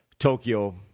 Tokyo